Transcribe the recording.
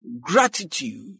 gratitude